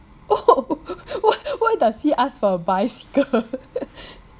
oh why why does he ask for a bicycle